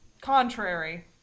contrary